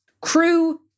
Crew